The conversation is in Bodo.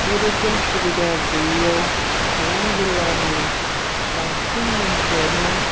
बे रोखोम सुबिदा गैयैयाव चिरां जिल्लानि बांसिन मानसियानो